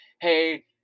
hey